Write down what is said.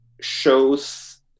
shows